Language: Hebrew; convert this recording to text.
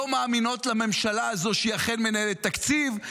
לא מאמינות לממשלה הזאת שהיא אכן מנהלת תקציב,